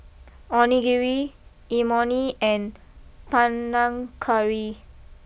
Onigiri Imoni and Panang Curry